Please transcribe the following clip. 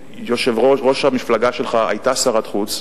ראש המפלגה שלך היתה שרת החוץ,